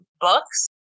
Books